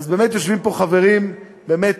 באמת יושבים פה חברים, באמת,